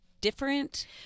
Different